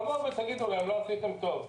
תבואו ותגידו להם: לא עשיתם טוב,